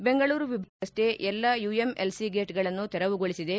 ಬೆಂಗಳೂರು ವಿಭಾಗ ಇತ್ತಿಚೆಗಷ್ಟೆ ಎಲ್ಲ ಯುಎಂಎಲ್ಸಿ ಗೇಟ್ಗಳನ್ನು ತೆರವುಗೊಳಿಸಿದೆ